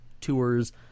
tours